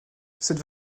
cette